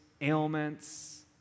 ailments